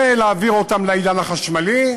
ולהעביר אותם לעידן החשמלי,